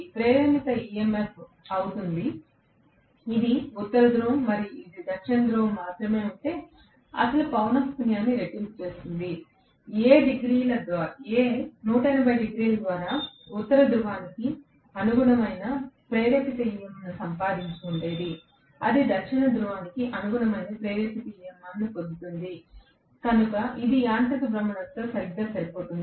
ప్రేరేపిత EMF అవుతుంది ఇది ఒక ఉత్తర ధ్రువం మరియు ఒక దక్షిణ ధ్రువం మాత్రమే ఉంటే అసలు పౌనఃపున్యాన్ని రెట్టింపు చేస్తుంది A 180 డిగ్రీల తరువాత ఉత్తర ధ్రువానికి అనుగుణమైన ప్రేరేపిత EMF ను సంపాదించి ఉండేది అది దక్షిణ ధ్రువానికి అనుగుణమైన ప్రేరేపిత EMF ను పొందుతుంది కనుక ఇది యాంత్రిక భ్రమణంతో సరిగ్గా సరిపోతుంది